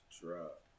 drop